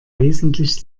wesentlich